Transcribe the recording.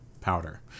Powder